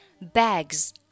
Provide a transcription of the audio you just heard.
Bags